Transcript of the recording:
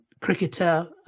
cricketer